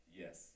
yes